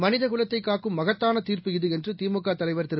மனிதகுலத்தைகாக்கும் மகத்தானதீர்ப்பு இது என்றுதிமுகதலைவர் திரு